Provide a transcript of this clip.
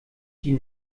die